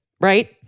right